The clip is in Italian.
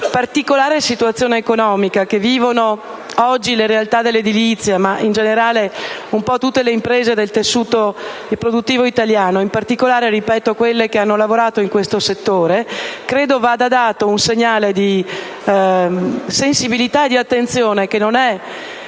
particolare situazione economica che vivono oggi le realtà dell'edilizia e in generale tutte le imprese del tessuto produttivo italiano, soprattutto - lo ripeto - quelle che hanno lavorato in questo settore, credo vada dato un segnale di sensibilità e di attenzione, che non è,